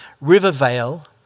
Rivervale